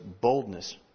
boldness